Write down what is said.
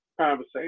conversation